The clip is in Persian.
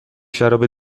شراب